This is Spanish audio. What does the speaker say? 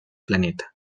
planeta